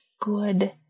good